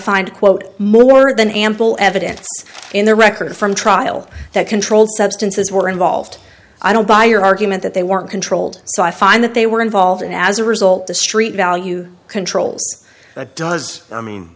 find quote more than ample evidence in the record from trial that controlled substances were involved i don't buy your argument that they weren't controlled so i find that they were involved in as a result the street value controls does i mean